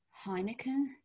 Heineken